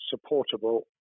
supportable